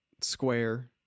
square